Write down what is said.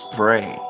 pray